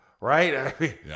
right